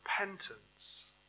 repentance